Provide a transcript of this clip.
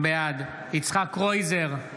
בעד יצחק קרויזר,